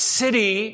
city